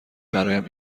برایم